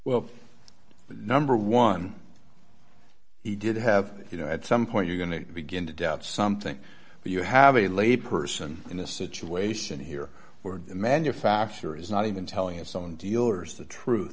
well number one he did have you know at some point you're going to begin to doubt something but you have a lay person in a situation here where the manufacturer is not even telling its own dealers the truth